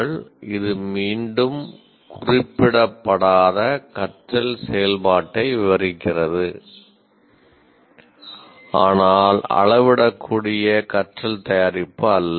'இது மீண்டும் குறிப்பிடப்படாத கற்றல் செயல்பாட்டை விவரிக்கிறது ஆனால் அளவிடக்கூடிய கற்றல் தயாரிப்பு அல்ல